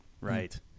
Right